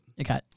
Okay